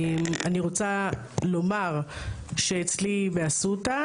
אני רוצה לומר שאצלי באסותא,